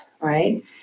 right